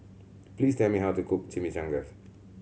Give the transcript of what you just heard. please tell me how to cook Chimichangas